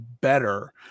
better